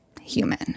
human